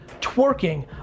twerking